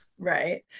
Right